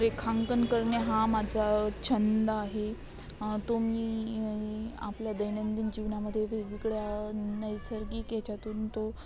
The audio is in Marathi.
रेखांकन करणे हा माझा छंद आहे तो मी आपल्या दैनंदिन जीवनामध्ये वेगवेगळ्या नैसर्गिक याच्यातून तो